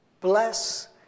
bless